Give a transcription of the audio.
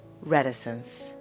Reticence